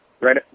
Right